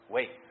Wait